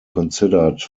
considered